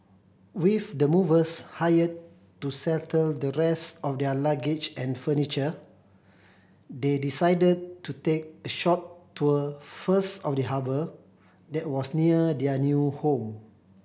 with the movers hired to settle the rest of their luggage and furniture they decided to take a short tour first of the harbour that was near their new home